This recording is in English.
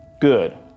good